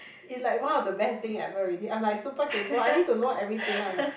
it's like one of the best thing ever ready I'm like super kaypoh I need to know everything one right